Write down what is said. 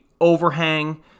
overhang